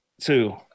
two